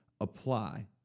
apply